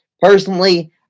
Personally